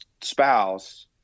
spouse